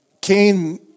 Cain